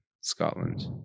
Scotland